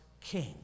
king